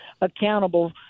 accountable